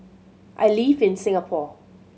I live in Singapore